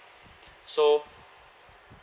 so